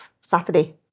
Saturday